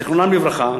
זיכרונם לברכה,